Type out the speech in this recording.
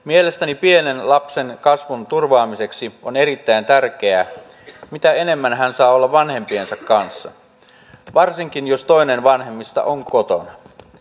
mielestäni pienen lapsen kasvun turvaamiseksi on erittäin tärkeää mitä enemmän hän saa olla vanhempiensa kanssa varsinkin jos toinen vanhemmista on kotona